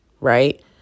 right